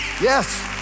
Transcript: Yes